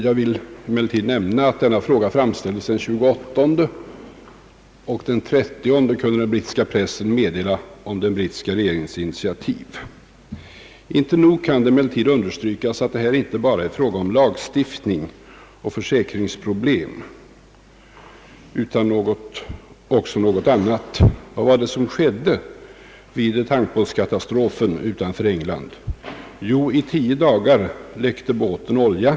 Jag vill emellertid nämna att denna fråga framställdes den 28 mars och att den brittiska pressen den 30 samma månad kunde meddela om den brittiska regeringens initiativ. Det kan emellertid inte nog understrykas att det inte bara är fråga om lagstiftningsoch försäkringsproblem utan också gäller något annat. Vad var det som skedde vid tankbåtskatastrofen utanför England? Jo, tankbåten i fråga läckte först olja i tio dagar.